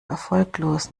erfolglos